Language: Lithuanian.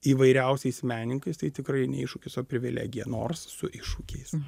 įvairiausiais menininkais tai tikrai ne iššūkis o privilegija nors su iššūkiais